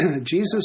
Jesus